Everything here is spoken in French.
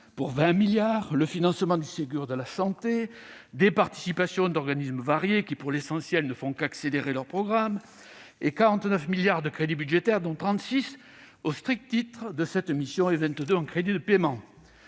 pour 20 milliards ; le financement du Ségur de la santé, des participations d'organismes variés qui, pour l'essentiel, ne font qu'accélérer leurs programmes, et 49 milliards de crédits budgétaires, dont 36 milliards au strict titre de cette mission et 22 milliards en crédits de paiement.